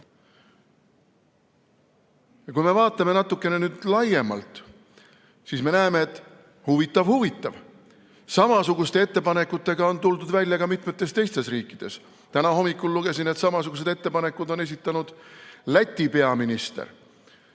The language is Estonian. Kui me vaatame natuke laiemalt, siis me näeme, et huvitav-huvitav, samasuguste ettepanekutega on tuldud välja ka mitmetes teistes riikides. Täna hommikul lugesin, et samasugused ettepanekud on esitanud Läti peaminister.